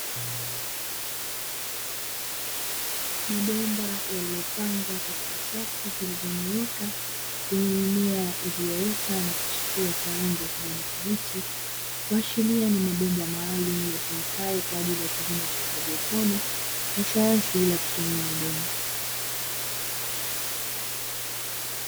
Mabomba yaliyopangwa katika safu zilizonyooka. Yenyewe iliyooza niliyoota inachukua rangi ya kijani kibichi. Huashiria ni mabomba maalum ya tunakayo kwa ajili ya kilimo cha haidroponiki ya sayansi bila kutumia udongo."